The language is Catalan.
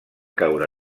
caure